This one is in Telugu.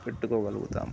పెట్టుకోగలుగుతాం